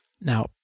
Now